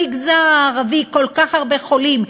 במגזר הערבי כל כך הרבה חולים,